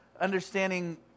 understanding